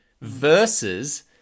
Versus